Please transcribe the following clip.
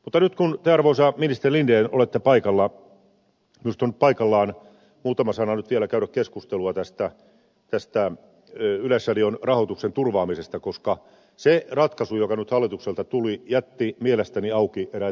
mutta nyt kun te arvoisa ministeri linden olette paikalla minusta on paikallaan muutama sana nyt vielä käydä keskustelua tästä yleisradion rahoituksen turvaamisesta koska se ratkaisu joka nyt hallitukselta tuli jätti mielestäni auki eräitä asioita